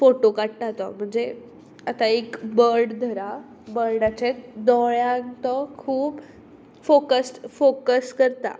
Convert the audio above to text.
photo काडटा तो म्हणजे आतां एक बड दरा बडाचे दोळ्यांक तो खूब फोकस्ड फोकस करता